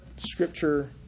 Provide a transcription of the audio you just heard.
Scripture